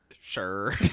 Sure